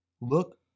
look